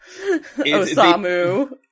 Osamu